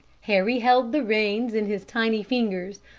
harry held the reins in his tiny fingers,